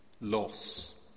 loss